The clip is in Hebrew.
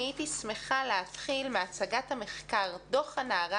הייתי שמחה להתחיל בהצגת המחקר: דוח הנערה